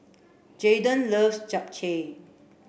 Jaden loves Japchae